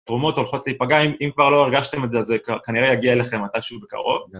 תרומות הולכות להיפגע, אם כבר לא הרגשתם את זה, אז כנראה יגיע לכם עד שוב בקרוב.